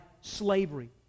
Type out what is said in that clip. slavery